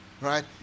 Right